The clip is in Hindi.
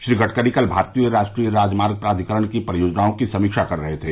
श्री गडकरी कल भारतीय राष्ट्रीय राजमार्ग प्राधिकरण की परियोजनाओं की समीक्षा कर रहे थे